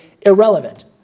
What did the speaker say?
irrelevant